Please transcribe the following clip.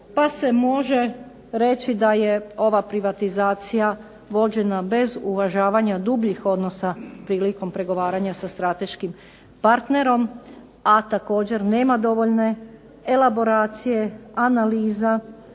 pa se može reći da je ova privatizacija vođena bez uvažavanja dubljih odnosa prilikom pregovaranja sa strateškim partnerom, a također nema dovoljne elaboracije, analiza,